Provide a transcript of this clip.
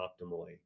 optimally